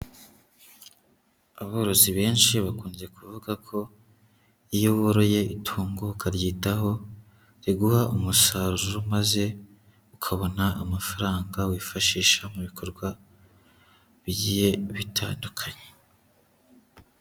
Aborozi benshi bakunze kuvuga ko iyo woroye itungo ukaryitaho, riguha umusaruro maze ukabona amafaranga wifashisha mu bikorwa bigiye bitandukanye.